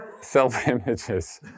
Self-images